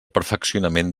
perfeccionament